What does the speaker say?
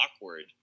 awkward